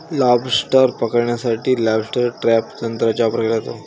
lobster पकडण्यासाठी lobster trap तंत्राचा वापर केला जातो